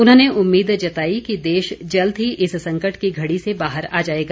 उन्होंने उम्मीद जताई कि देश जल्द ही इस संकट की घड़ी से बाहर आ जाएगा